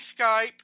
Skype